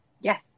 Yes